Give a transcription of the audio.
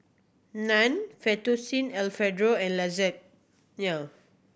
Naan Fettuccine Alfredo and